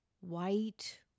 White